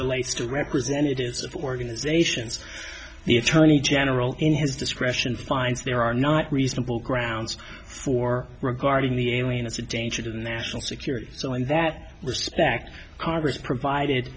relates to representatives of organizations the attorney general in his discretion finds there are not reasonable grounds for regarding the alien as a danger to the national security so in that respect congress